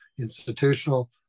institutional